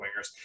wingers